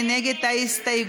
מי נגד ההסתייגות?